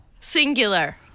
singular